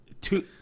two